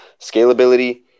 scalability